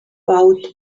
out